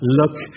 look